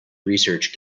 research